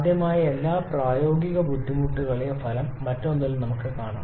സാധ്യമായ എല്ലാ പ്രായോഗിക ബുദ്ധിമുട്ടുകളുടെയും ഫലം മറ്റൊന്നിൽ നമുക്ക് നോക്കാം